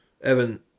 Evan